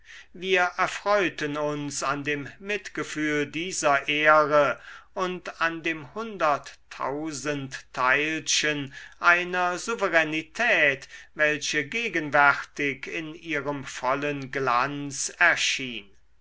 wir erfreuten uns an dem mitgefühl dieser ehre und an dem hunderttausendteilchen einer souveränität welche gegenwärtig in ihrem vollen glanz erschien